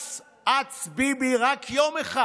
רץ-אץ ביבי, רק יום אחד